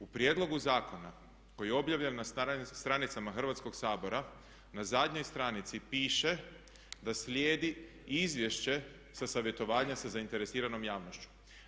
U prijedlogu zakona koji je objavljen na stranicama Hrvatskog sabora na zadnjoj stranici piše da slijedi izvješće sa savjetovanja sa zainteresiranom javnošću.